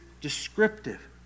descriptive